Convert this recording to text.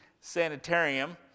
sanitarium